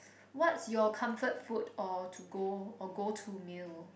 what's your comfort food or to go or go to meal